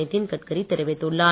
நிதின் கட்கரி தெரிவித்துள்ளார்